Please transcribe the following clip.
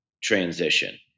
transition